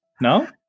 No